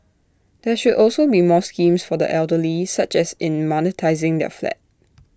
there should also be more schemes for the elderly such as in monetising their flat